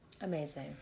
Amazing